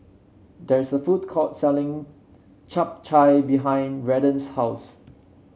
there is a food court selling Chap Chai behind Redden's house